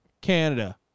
Canada